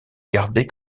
garder